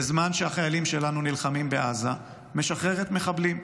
בזמן שהחיילים שלנו נלחמים בעזה, משחררת מחבלים.